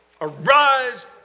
Arise